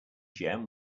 gem